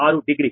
16 degree